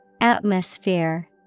Atmosphere